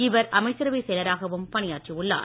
இவர் அமைச்சரவை செயலராகவும் பணியாற்றி உள்ளார்